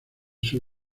sus